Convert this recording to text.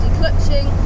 clutching